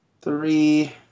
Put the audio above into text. three